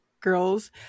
girls